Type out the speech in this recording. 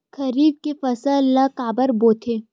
खरीफ के फसल ला काबर बोथे?